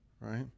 right